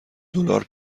دلار